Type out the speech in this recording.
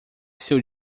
seu